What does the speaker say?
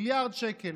מיליארד שקל.